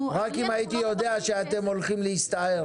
אני חושבת שהמסר שמועבר פה עכשיו מחברי הוועדה